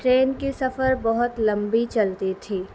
train کی سفر بہت لمبی چلتی تھی